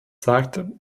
sagte